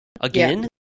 again